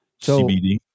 CBD